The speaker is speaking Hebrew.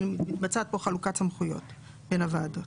מתבצעת פה חלוקת סמכויות בין הוועדות.